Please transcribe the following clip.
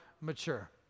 mature